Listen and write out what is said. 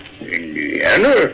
Indiana